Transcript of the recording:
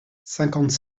cinquante